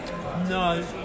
No